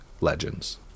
legends